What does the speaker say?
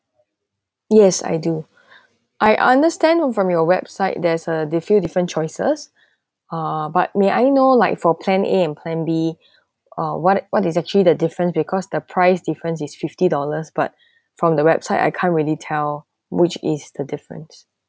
yes I do I understand from your website there's a few different choices uh but may I know like for plan A and plan B uh what what is actually the difference because the price difference is fifty dollars but from the website I can't really tell which is the difference